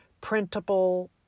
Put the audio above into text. printable